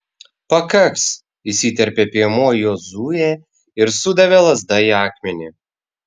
pakaks įsiterpė piemuo jozuė ir sudavė lazda į akmenį